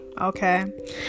okay